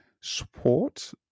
support